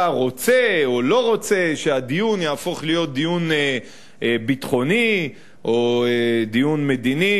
רוצה או לא רוצה שהדיון יהפוך להיות דיון ביטחוני או דיון מדיני.